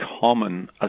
common